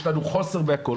יש לנו חוסר בהכל',